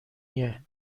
ایه